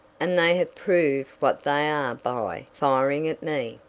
and they have proved what they are by firing at me.